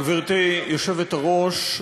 גברתי היושבת-ראש,